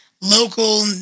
local